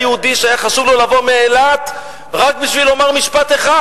היה יהודי שהיה חשוב לו לבוא מאילת רק בשביל לומר משפט אחד,